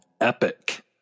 epic